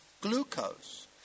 glucose